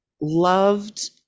Loved